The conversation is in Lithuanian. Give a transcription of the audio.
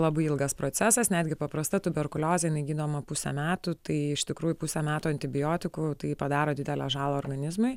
labai ilgas procesas netgi paprasta tuberkuliozė gydoma pusę metų tai iš tikrųjų pusę metų antibiotikų tai padaro didelę žalą organizmui